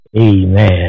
amen